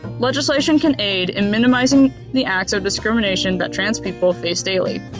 legislation can aide in minimizing the acts of discrimination that trans people face daily.